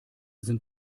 sind